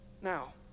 Now